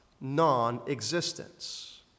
non-existence